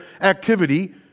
activity